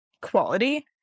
quality